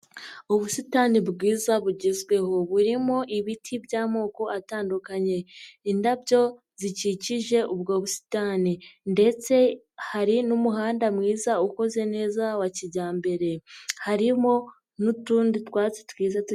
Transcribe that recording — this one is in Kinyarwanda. Ubusitani bwiza bugezweho burimo ibiti by'amoko atandukanye, indabyo zikikije ubwo busitani ndetse hari n'umuhanda mwiza ukoze neza wa kijyambere, harimo n'utundi twiza dutoshye.